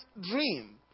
dream